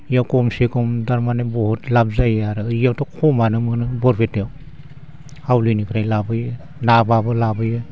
बेयाव खमसेखम थारमाने बहुद लाभ जायो आरो बेयावथ' खमावनो मोनो बरपेटायाव हावलिनिफ्राय लाबोयो नाबाबो लाबोयो